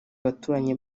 baturanyi